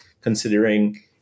considering